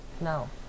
No